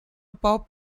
pop